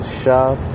shop